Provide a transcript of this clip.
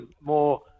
more